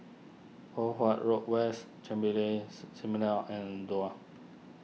Poh Huat Road West Chen and Duo